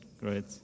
Great